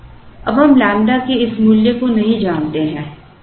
अब हम लैम्ब्डा के इस मूल्य को नहीं जानते हैं